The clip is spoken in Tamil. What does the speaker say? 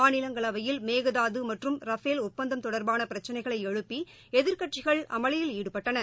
மாநிலங்களவையில் மேகதாது மற்றும் ரபேல் ஒப்பந்தம் தொடர்பான பிரச்சினைகளை எழுப்பி எதிர்க்கட்சிகள் அமளியில் ஈடுபட்டன